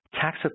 tax